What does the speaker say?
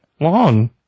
Long